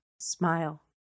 smile